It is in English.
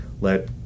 let